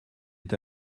est